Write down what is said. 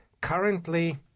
currently